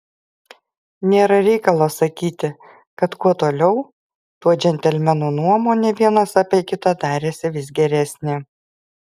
nėra reikalo sakyti kad kuo toliau tuo džentelmenų nuomonė vienas apie kitą darėsi vis geresnė